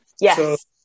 Yes